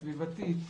הסביבתית,